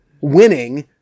winning